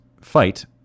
fight